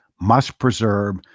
must-preserve